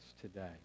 today